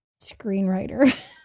screenwriter